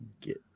get